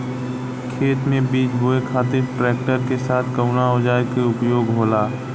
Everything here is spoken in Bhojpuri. खेत में बीज बोए खातिर ट्रैक्टर के साथ कउना औजार क उपयोग होला?